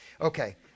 Okay